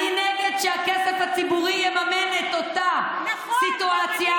אני נגד שהכסף הציבורי יממן את אותה סיטואציה,